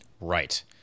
Right